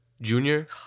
junior